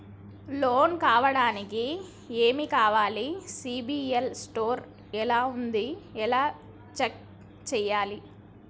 Loan కావడానికి ఏమి కావాలి సిబిల్ స్కోర్ ఎలా ఉంది ఎలా చెక్ చేయాలి?